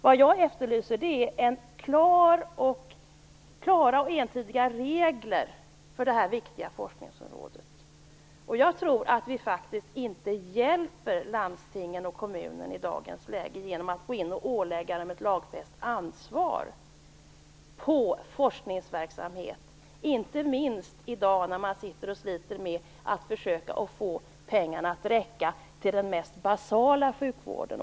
Vad jag efterlyser är klara och entydiga regler för detta viktiga forskningsområde. Vi hjälper inte landstingen och kommunerna i dagens läge genom att gå in och ålägga dem ett lagfäst ansvar för forskningsverksamhet, inte minst när man försöker att få pengarna att räcka till den mest basala sjukvården.